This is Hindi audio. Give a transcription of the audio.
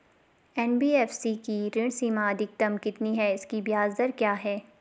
एन.बी.एफ.सी की ऋण सीमा अधिकतम कितनी है इसकी ब्याज दर क्या है?